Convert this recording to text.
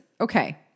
Okay